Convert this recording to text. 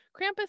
krampus